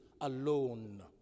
alone